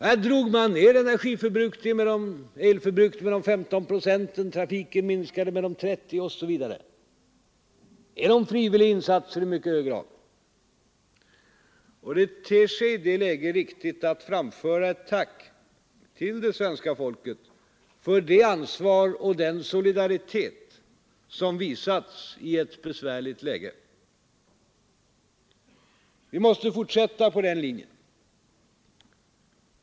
Här drog man ner elförbrukningen med 15 procent, trafiken minskade med 30 procent osv., och detta i mycket hög grad genom frivilliga insatser. Det ter sig i det läget riktigt att framföra ett tack till det svenska folket för det ansvar och den solidaritet som visats i ett besvärligt läge. Vi måste fortsätta på den linjen.